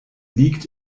liegt